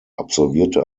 absolvierte